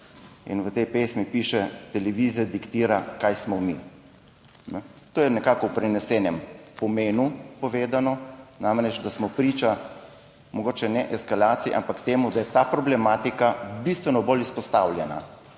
TV. V tej pesmi piše, »televizija diktira, kaj smo mi«. To je nekako v prenesenem pomenu povedano, namreč, da smo priča mogoče ne eskalaciji, ampak temu, da je ta problematika bistveno bolj izpostavljena.